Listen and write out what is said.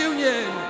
Union